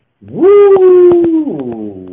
woo